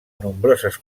nombroses